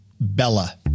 Bella